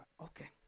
Okay